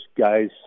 guys